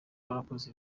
wakoze